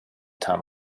town